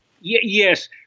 Yes